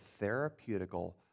therapeutical